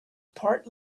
part